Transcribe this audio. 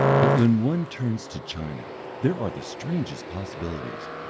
but when one turns to china there are the strangest possibilities.